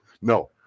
No